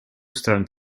starting